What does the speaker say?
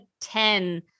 ten